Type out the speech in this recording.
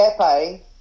Pepe